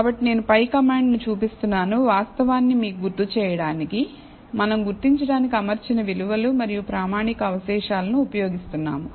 కాబట్టి నేను పై కమాండ్ ను చూపిస్తున్నాను వాస్తవాన్ని మీకు గుర్తు చేయడానికిమనం గుర్తించడానికి అమర్చిన విలువలు మరియు ప్రామాణిక అవశేషాలను ఉపయోగిస్తున్నాము